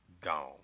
gone